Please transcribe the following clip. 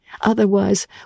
Otherwise